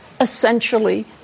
essentially